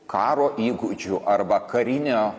karo įgūdžių arba karinio